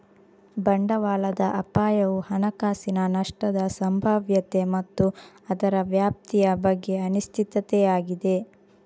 ಬಂಡವಾಳದ ಅಪಾಯವು ಹಣಕಾಸಿನ ನಷ್ಟದ ಸಂಭಾವ್ಯತೆ ಮತ್ತು ಅದರ ವ್ಯಾಪ್ತಿಯ ಬಗ್ಗೆ ಅನಿಶ್ಚಿತತೆಯಾಗಿದೆ